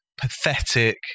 pathetic